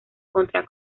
contra